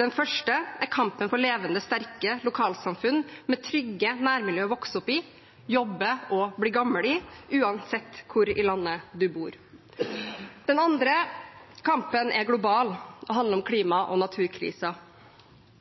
Den første er kampen for levende, sterke lokalsamfunn med trygge nærmiljø å vokse opp i, jobbe i og bli gammel i uansett hvor i landet man bor. Den andre kampen er global og handler om klima- og naturkrisen.